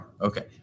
Okay